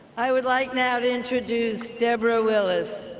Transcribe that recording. i would like now to introduce deborah willis,